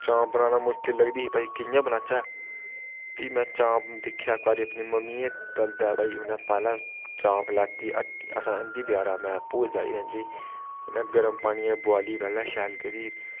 चांप बनाना मुश्कल लगदी ही भाई कि'यां बनाचै फ्ही में चाप दिक्खेआ इक बारी अपनी मम्मियैं गी तलदे भाई उ'नें पैह्ले चांप लैती असें आंह्दी बजारा दा में आपूं गै आंह्दी उ'नें गर्म पानियै च बुआली पैह्ले शैल करियै